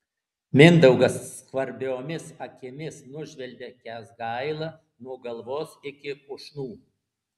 mindaugas skvarbiomis akimis nužvelgia kęsgailą nuo galvos iki pušnų